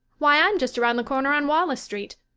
why, i'm just around the corner on wallace street.